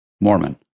Mormon